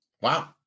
Wow